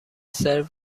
سرو